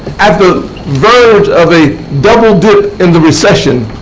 at the verge of a double dip in the recession,